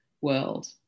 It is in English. world